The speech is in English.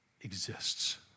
exists